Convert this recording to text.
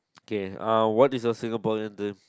okay uh what is a Singaporean dream